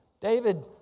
David